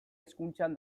hezkuntzan